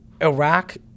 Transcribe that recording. Iraq